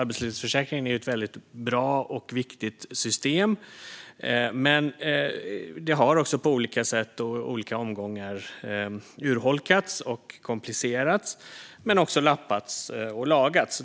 Arbetslöshetsförsäkringen är ju ett väldigt bra och viktigt system, men det har också på olika sätt och i olika omgångar urholkats och komplicerats men också lappats och lagats.